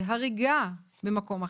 בהריגה במקום אחר.